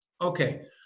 Okay